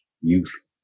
youth